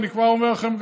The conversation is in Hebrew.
אני כבר אומר לכם,